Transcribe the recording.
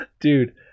Dude